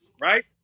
Right